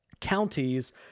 counties